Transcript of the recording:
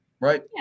right